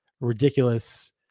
ridiculous